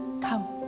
Come